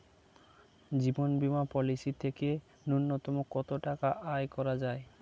জীবন বীমা পলিসি থেকে ন্যূনতম কত টাকা আয় করা যায়?